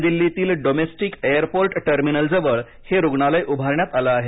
नवी दिल्लीतील domestic airport टर्मिनलजवळ हे रुग्णालय उभारण्यात आलं आहे